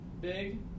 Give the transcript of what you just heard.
big